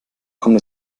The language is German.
kommt